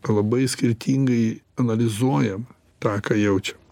labai skirtingai analizuojam tą ką jaučiam